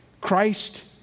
Christ